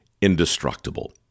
indestructible